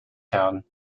town